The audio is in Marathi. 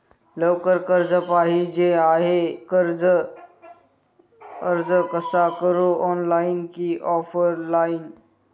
लवकर कर्ज पाहिजे आहे अर्ज कसा करु ऑनलाइन कि ऑफलाइन?